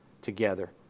together